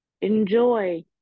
enjoy